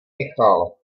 michal